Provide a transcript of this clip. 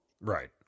Right